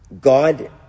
God